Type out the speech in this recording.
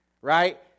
right